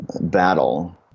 battle